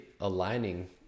aligning